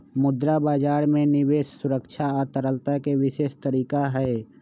मुद्रा बजार में निवेश सुरक्षा आ तरलता के विशेष तरीका हई